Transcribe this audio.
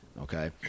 okay